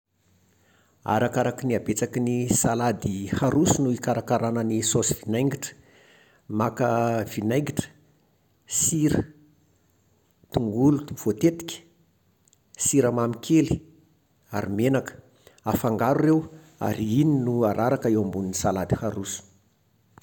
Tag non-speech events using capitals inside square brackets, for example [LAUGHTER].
Arakaraky ny habetsaky ny salady haroso no hikarakarana ny saosy vinaingitra. Maka [HESITATION] vinaingitra, sira, tongolo voatetika, siramamy kely ary menaka. Afangaro ireo ary iny no araraka eo ambonin'ny salady haroso